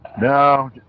No